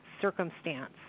circumstance